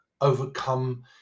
overcome